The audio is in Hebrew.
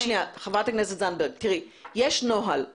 חברת הכנסת זנדברג, יש נוהל.